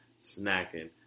snacking